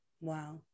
Wow